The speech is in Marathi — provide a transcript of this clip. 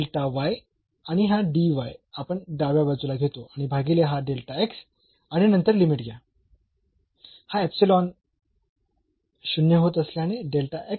म्हणून आणि हा आपण डाव्या बाजूला घेतो आणि भागीले हा आणि नंतर लिमिट घ्या हा इप्सिलॉन 0 होत असल्याने हा 0 होतो